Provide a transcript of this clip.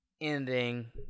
ending